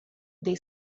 they